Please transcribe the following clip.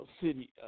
city